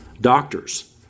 doctors